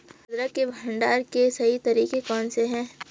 अदरक के भंडारण के सही तरीके कौन से हैं?